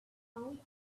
found